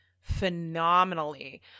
phenomenally